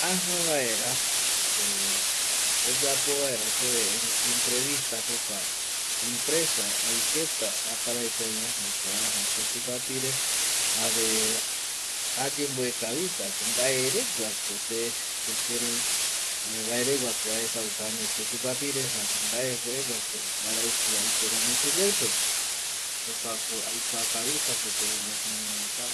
Kua radar jaeko ovae supe mbae esa kuako mopeti sistema jei supeva jaema kurai omii eh komo que mopeti honda rami kurai öe ivitu rami jaema jukurai ovae supe ipuere vaera iruva ovae oesa